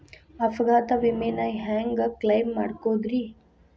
ಅಪಘಾತ ವಿಮೆನ ಹ್ಯಾಂಗ್ ಕ್ಲೈಂ ಮಾಡೋದ್ರಿ?